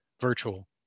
virtual